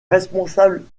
responsables